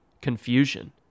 confusion